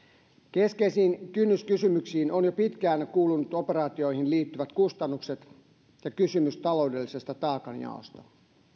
keskeisiin kynnyskysymyksiin ovat jo pitkään kuuluneet operaatioihin liittyvät kustannukset ja kysymys taloudellista taakanjaosta